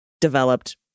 developed